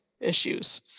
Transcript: issues